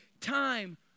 time